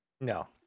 No